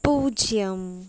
பூஜ்ஜியம்